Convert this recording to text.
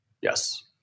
Yes